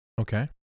Okay